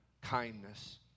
kindness